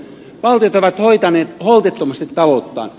valtiot ovat hoitaneet holtittomasti talouttaan